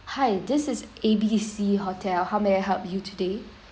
hi this is A_B_C C hotel how may I help you today